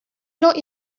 not